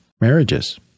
marriages